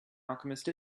alchemist